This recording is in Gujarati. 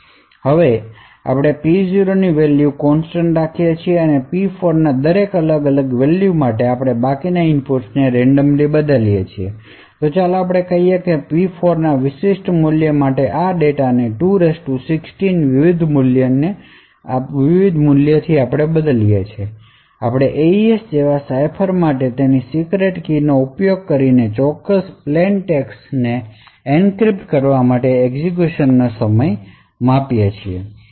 હવે આપણે P0 ની વેલ્યુ કોંસ્ટંટ રાખીયે છીએ અને P4 ના દરેક અલગ અલગ વેલ્યુ માટે આપણે બાકીના ઇનપુટ્સને રેન્ડમલી બદલીએ છીએ તો ચાલો આપણે કહીએ કે આપણે P4 ના વિશિષ્ટ મૂલ્ય માટે આ ડેટાના 2 16 વિવિધ મૂલ્યો માટે બદલીએ છીએ આપણે AES જેવા સાઇફર માટે તેની સીક્રેટ કીનો ઉપયોગ કરીને તે ચોક્કસ પ્લેન ટેક્સ્ટ ને એન્ક્રિપ્ટ કરવા માટે એક્ઝેક્યુશન સમય માપીએ છીયે